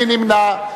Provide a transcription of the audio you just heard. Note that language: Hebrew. מי נמנע?